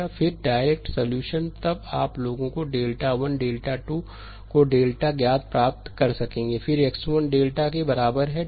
फिर direct solution तब आप लोगों को डेल्टा 1डेल्टा 2 को डेल्टा ज्ञात तक प्राप्त करेंगे फिर x1 डेल्टा के बराबर है